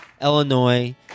Illinois